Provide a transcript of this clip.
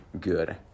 good